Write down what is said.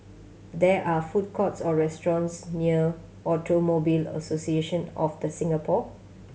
there are food courts or restaurants near Automobile Association of The Singapore